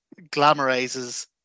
glamorizes